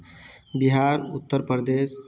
Bihar Uttar Pradesh